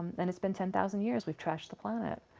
and it's been ten thousand years, we've trashed the planet.